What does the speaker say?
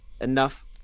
enough